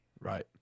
right